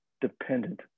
dependent